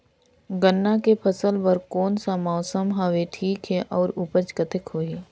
गन्ना के फसल बर कोन सा मौसम हवे ठीक हे अउर ऊपज कतेक होही?